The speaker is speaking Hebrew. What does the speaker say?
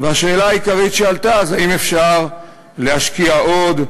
והשאלה העיקרית שעלתה היא אם אפשר להשקיע עוד,